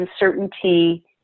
uncertainty